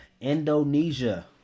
Indonesia